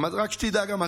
רק שתדע גם אתה,